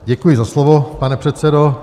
Děkuji za slovo, pane předsedo.